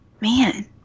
man